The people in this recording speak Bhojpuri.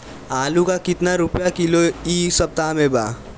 आलू का कितना रुपया किलो इह सपतह में बा?